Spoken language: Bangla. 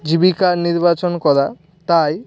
জীবিকা নির্বাচন করা তাই